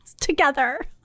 Together